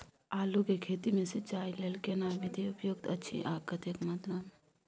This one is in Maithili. आलू के खेती मे सिंचाई लेल केना विधी उपयुक्त अछि आ कतेक मात्रा मे?